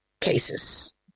cases